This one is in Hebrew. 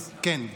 אז כן,